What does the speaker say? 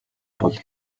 бол